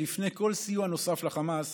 שלפני כל סיוע נוסף חמאס